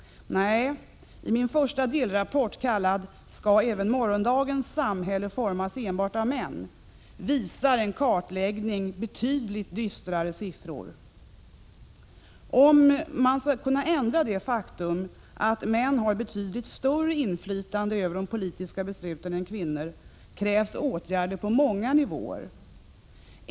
Nej, i min första delrapport, kallad ”Skall även morgondagens samhälle formas enbart av män?” , visar en kartläggning betydligt dystrare siffror. Om man skall kunna ändra det faktum att män har betydligt större inflytande över de politiska besluten än kvinnor, krävs åtgärder på många nivåer.